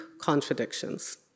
contradictions